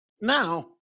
now